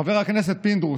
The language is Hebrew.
חבר הכנסת פינדרוס,